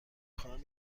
خواهم